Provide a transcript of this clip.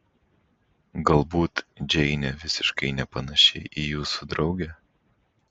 galbūt džeinė visiškai nepanaši į jūsų draugę